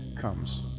comes